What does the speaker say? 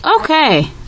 Okay